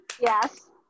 yes